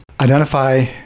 Identify